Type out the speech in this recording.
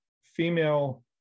female